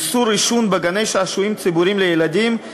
איסור עישון בגן-שעשועים ציבורי לילדים)